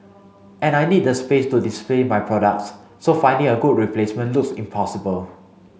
and I need the space to display my products so finding a good replacement looks impossible